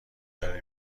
داره